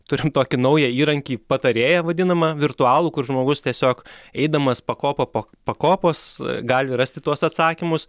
turim tokį naują įrankį patarėją vadinamą virtualų kur žmogus tiesiog eidamas pakopa po pakopos gali rasti tuos atsakymus